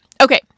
Okay